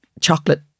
chocolate